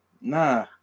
nah